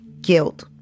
guilt